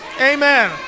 amen